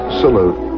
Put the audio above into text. salute